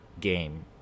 game